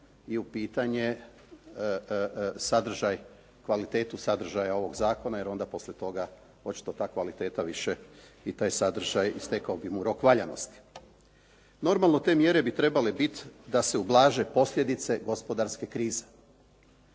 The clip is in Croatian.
i u pitanje sadržaj, kvalitetu sadržaja ovog zakona, jer onda poslije toga očito ta kvaliteta više i taj sadržaj, istekao bi mu rok valjanosti. Normalno te mjere bi trebale bit da se ublaže posljedice gospodarske krize.